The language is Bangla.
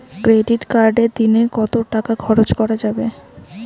ক্রেডিট কার্ডে দিনে কত টাকা খরচ করা যাবে?